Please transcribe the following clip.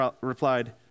replied